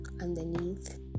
underneath